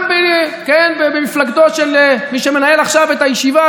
גם במפלגתו של מי שמנהל עכשיו את הישיבה,